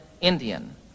Indian